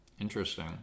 interesting